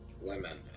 Women